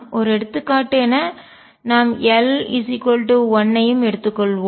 ஒரு எடுத்துக்காட்டு என நாம் l 1 ஐயும் எடுத்துக் கொள்வோம்